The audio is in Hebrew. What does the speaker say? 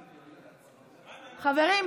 חברים,